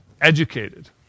educated